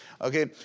Okay